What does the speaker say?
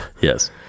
Yes